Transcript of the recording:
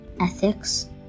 ethics